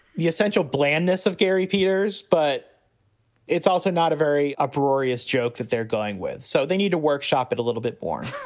essential blandness of gary peters. but it's also not a very uproarious joke that they're going with. so they need to workshop it a little bit more